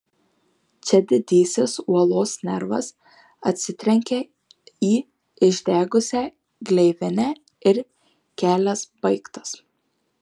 čia didysis uolos nervas atsitrenkia į išdegusią gleivinę ir kelias baigtas